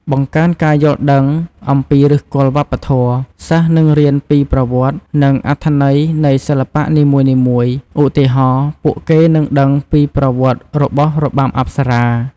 បង្កើនការយល់ដឹងអំពីឫសគល់វប្បធម៌ សិស្សនឹងរៀនពីប្រវត្តិ និងអត្ថន័យនៃសិល្បៈនីមួយៗឧទាហរណ៍ ពួកគេនឹងដឹងពីប្រវត្តិរបស់របាំអប្សរា។